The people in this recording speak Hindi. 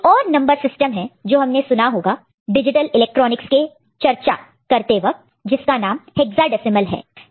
एक और नंबर सिस्टम है जो हमने सुना होगा डिजिटल इलेक्ट्रॉनिक्स का चर्चा करते वक्त जिसका नाम हेक्साडेसिमल है